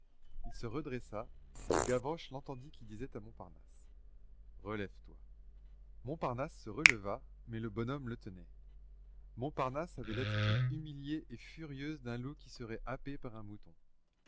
il se redressa et gavroche l'entendit qui disait à montparnasse relève-toi montparnasse se releva mais le bonhomme le tenait montparnasse avait l'attitude humiliée et furieuse d'un loup qui serait happé par un mouton